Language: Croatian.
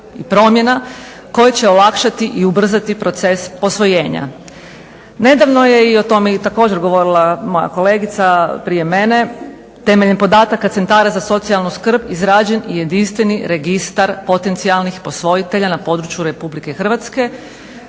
i promjena koje će olakšati i ubrzati proces posvojenja. Nedavno je i o tome i također govorila moja kolegica prije mene temeljem podataka centara za socijalnu skrb izrađen i jedinstveni registar potencijalnih posvojitelja na posvojitelja na području Republike Hrvatske